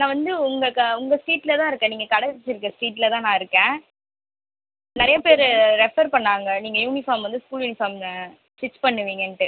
நான் வந்து உங்கள் க உங்கள் ஸ்ட்ரீட்டில் தான் இருக்கேன் நீங்கள் கடை வைச்சுருக்க ஸ்ட்ரீட்டில் தான் நான் இருக்கேன் நிறைய பேர் ரெஃபர் பண்ணிணாங்க நீங்கள் யூனிஃபார்ம் வந்து ஸ்கூல் யூனிஃபார்ம் ஸ்டிச் பண்ணுவீங்கன்ட்டு